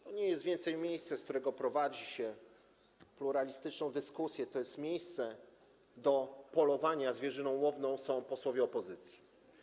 To nie jest już miejsce, z którego prowadzi się pluralistyczną dyskusję, to jest miejsce do polowania, a zwierzyną łowną są posłowie opozycji.